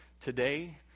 today